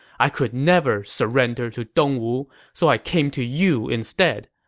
i could never surrender to dongwu, so i came to you instead.